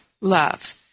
love